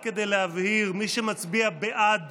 רק כדי להבהיר, מי שמצביע בעד